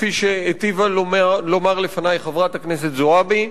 כפי שהיטיבה לומר לפני חברת הכנסת זועבי.